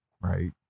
Right